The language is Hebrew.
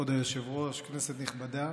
כבוד היושב-ראש, כנסת נכבדה,